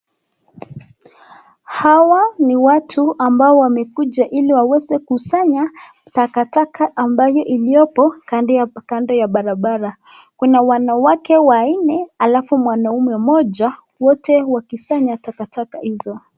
Hawa ni watu ambao wamekuja ili waweze kusanya takataka ambayo iliopo kando ya barabara. Kuna wanawake wanne alafu mwanaume mmoja wote wakisanya takataka hizo.